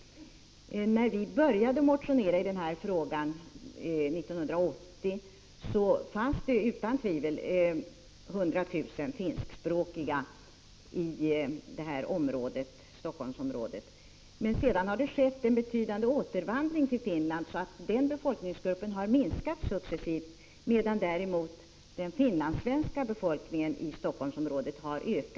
När vi började motionera i den här frågan 1980 fanns det utan tvivel 100 000 finskspråkiga i Helsingforssområdet. Men sedan har det skett en betydande återvandring till Finland, så den befolkningsgruppen har minskat successivt, medan den finlandssvenska befolkningen i Helsingforssområdet har ökat. De Prot.